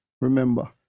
remember